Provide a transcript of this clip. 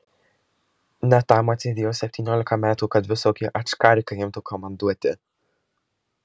ne tam atsėdėjau septyniolika metų kad visokie ačkarikai imtų komanduoti